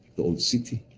the old city,